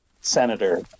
senator